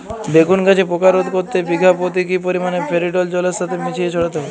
বেগুন গাছে পোকা রোধ করতে বিঘা পতি কি পরিমাণে ফেরিডোল জলের সাথে মিশিয়ে ছড়াতে হবে?